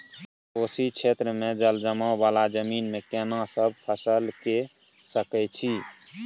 कोशी क्षेत्र मे जलजमाव वाला जमीन मे केना सब फसल के सकय छी?